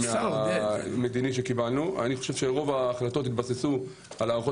אני חושב שרוב ההחלטות התבססו על הערכות